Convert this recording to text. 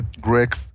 Greg